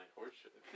horseshit